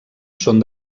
són